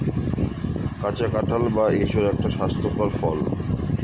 কাঁচা কাঁঠাল বা এঁচোড় একটি স্বাস্থ্যকর ফল